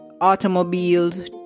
automobiles